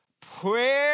prayer